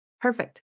perfect